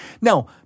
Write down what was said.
Now